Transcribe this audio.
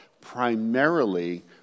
primarily